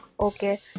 Okay